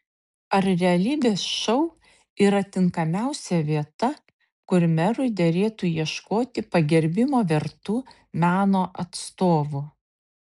ar realybės šou yra tinkamiausia vieta kur merui derėtų ieškoti pagerbimo vertų meno atstovų